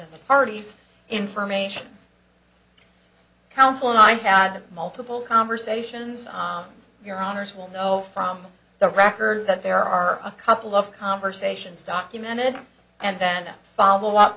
and the parties information counsel and i had multiple conversations on your honor's will know from the record that there are a couple of conversations documented and then a follow up